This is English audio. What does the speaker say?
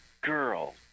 girl